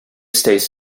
states